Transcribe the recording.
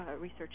research